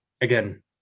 again